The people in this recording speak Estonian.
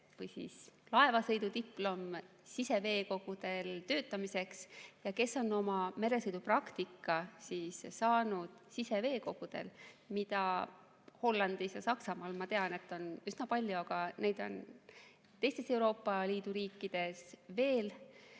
laevasõidudiplom siseveekogudel töötamiseks ja kes on oma sõidupraktika saanud siseveekogudel – mida Hollandis ja Saksamaal, ma tean, on üsna palju, aga ka teistes Euroopa Liidu riikides on